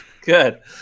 Good